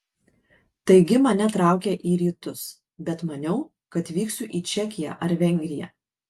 taigi mane traukė į rytus bet maniau kad vyksiu į čekiją ar vengriją